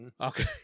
okay